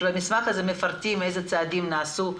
כשבמסמך הזה מפרטים אילו צעדים נעשו.